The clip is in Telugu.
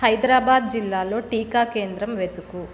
హైదరాబాద్ జిల్లాలో టీకా కేంద్రం వెతుకు